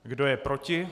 Kdo je proti?